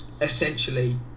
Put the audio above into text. essentially